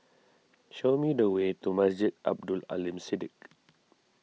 show me the way to Masjid Abdul Aleem Siddique